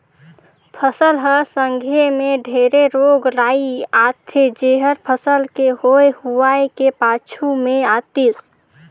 फसल हर संघे मे ढेरे रोग राई आथे जेहर फसल के होए हुवाए के पाछू मे आतिस